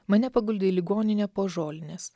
mane paguldė į ligoninę po žolinės